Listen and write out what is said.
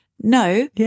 No